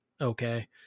okay